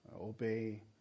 obey